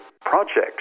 projects